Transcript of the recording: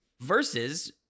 Versus